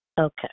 Okay